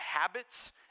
habits